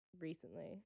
recently